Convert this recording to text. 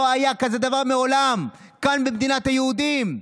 לא היה כזה דבר מעולם כאן במדינת היהודים.